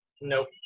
Nope